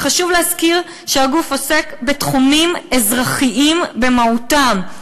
וחשוב להזכיר שהגוף עוסק בתחומים אזרחיים במהותם.